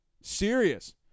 Serious